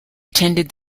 attended